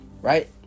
right